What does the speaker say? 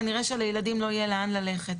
כנראה שלילדים לא יהיה לאן ללכת.